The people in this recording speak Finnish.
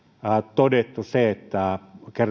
todettu se että